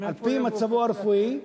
על-פי מצבו הרפואי.